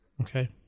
Okay